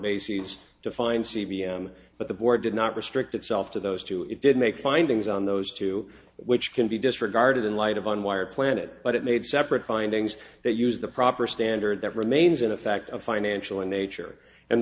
bases defined g b m but the board did not restrict itself to those two it did make findings on those two which can be disregarded in light of one wire planet but it made separate findings that use the proper standard that remains in effect of financial in nature and